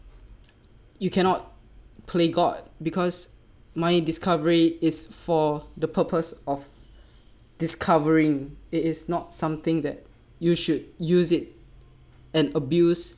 you cannot play god because my discovery is for the purpose of discovering it is not something that you should use it and abuse